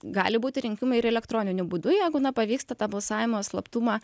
gali būti rinkimai ir elektroniniu būdu jeigu na pavyksta tą balsavimo slaptumą